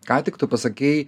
ką tik tu pasakei